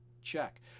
check